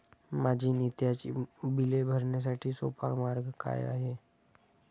माझी नित्याची बिले भरण्यासाठी सोपा मार्ग काय आहे?